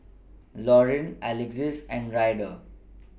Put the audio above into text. Lauren Alexis and Ryder